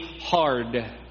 hard